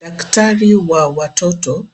Daktari wa watoto